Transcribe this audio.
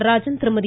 Natarajan Thirumathi